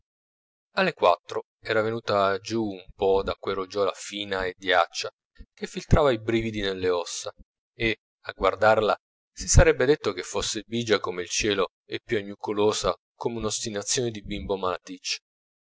alle quattro era venuta giù un po d'acquerugiola fina e diaccia che filtrava i brividi nell'ossa e a guardarla si sarebbe detto che fosse bigia come il cielo e piagnucolosa come un'ostinazione di bimbo